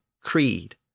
creed